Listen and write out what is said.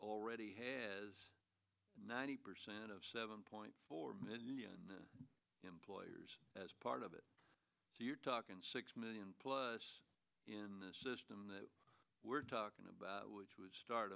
already has ninety percent of seven point four million employers as part of it so you're talking six million plus in the system that we're talking about which would start